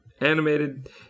animated